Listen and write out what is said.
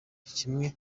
kimwe